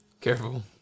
Careful